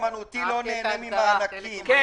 את זה אומר אופיר על דבר של האולמות.